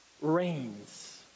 rains